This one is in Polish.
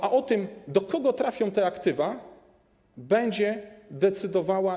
A o tym, do kogo trafią te aktywa, będzie decydowała.